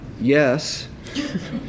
yes